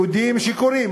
יהודים שיכורים.